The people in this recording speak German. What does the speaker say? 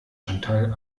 chantal